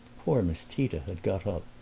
poor miss tita had got up,